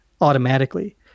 automatically